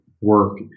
work